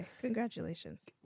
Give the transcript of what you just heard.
Congratulations